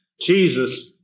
Jesus